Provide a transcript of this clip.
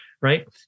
right